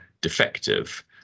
defective